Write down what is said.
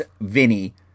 Vinny